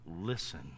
listen